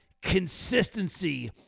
Consistency